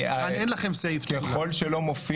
אין לכם סעיף תחולה.